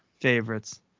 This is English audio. favorites